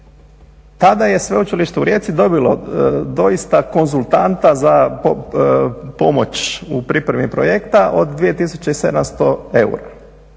Tada je Sveučilište u Rijeci dobilo doista konzultanta za pomoć u pripremi projekta od 2700 eura.